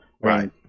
Right